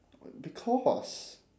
because